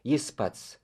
jis pats